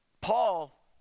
Paul